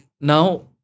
now